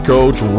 Coach